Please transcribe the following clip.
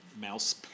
mouse